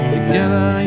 Together